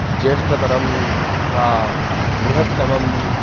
ज्येष्ठतरं वा बृहत्तमम्